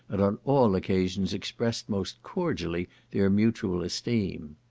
and on all occasions expressed most cordially their mutual esteem.